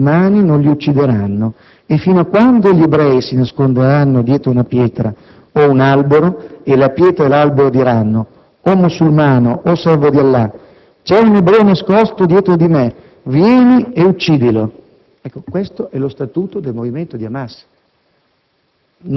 e i musulmani non li uccideranno e fino a quando gli ebrei si nasconderanno dietro una pietra o un albero, e la pietra e l'albero diranno: "O musulmano, o servo di Allah, c'è un ebreo nascosto dietro di me, vieni e uccidilo"...». Ecco, questo è lo Statuto del movimento di Hamas.